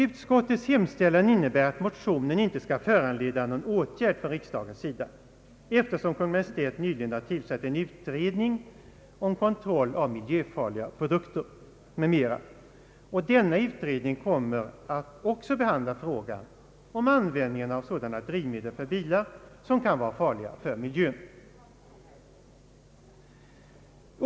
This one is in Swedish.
Utskottets hemställan innebär att motionen inte skall föranleda någon riksdagens åtgärd, eftersom Kungl. Maj:t nyligen tillsatt en utredning om kontroll av miljöfarliga produkter m.m. och denna utredning kommer att behandla också frågan om användningen av sådana drivmedel för bilar som kan vara farliga för miljön.